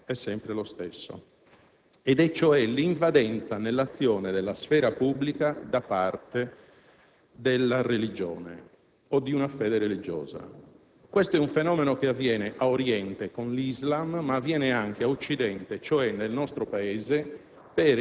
in quel momento essa invita cittadini italiani alla violazione dell'articolo 20 della Costituzione repubblicana. Penso che ci troviamo di fronte ad un problema enorme, che però è sempre lo stesso,